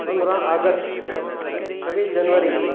पंद्रहं अगस्ट छवीह जनवरी